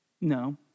no